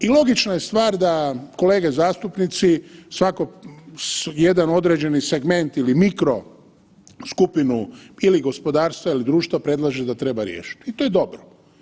I logična je stvar da kolege zastupnici svako jedan određeni segment ili mikro skupinu ili gospodarstva ili društva predlaže da treba riješiti i to je dobro.